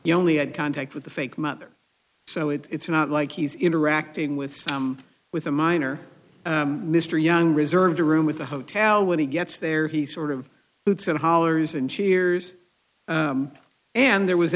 you only had contact with the fake mother so it's not like he's interacting with some with a minor mr young reserved a room with a hotel when he gets there he sort of hoots and hollers and cheers and there was